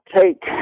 take